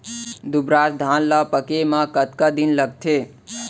दुबराज धान ला पके मा कतका दिन लगथे?